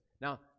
Now